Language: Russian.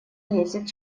лезет